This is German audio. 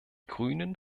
grünen